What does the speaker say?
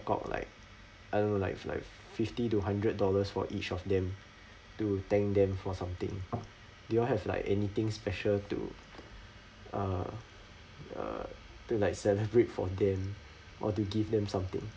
out like uh like like fifty to hundred dollars for each of them to thank them for something do you have like anything special to uh uh to like celebrate for them or to give them something